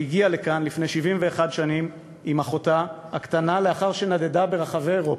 שהגיעה לכאן לפני 71 שנים עם אחותה הקטנה לאחר שנדדה ברחבי אירופה,